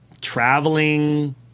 traveling